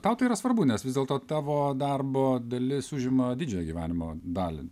tau tai yra svarbu nes vis dėlto tavo darbo dalis užima didžiąją gyvenimo dalį